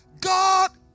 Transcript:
God